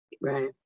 Right